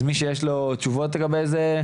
אז מי שיש לו תשובות לגבי זה,